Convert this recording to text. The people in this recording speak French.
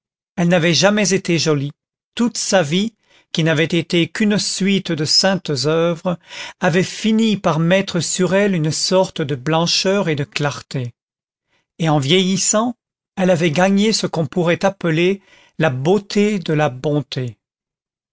elle n'avait jamais été jolie toute sa vie qui n'avait été qu'une suite de saintes oeuvres avait fini par mettre sur elle une sorte de blancheur et de clarté et en vieillissant elle avait gagné ce qu'on pourrait appeler la beauté de la bonté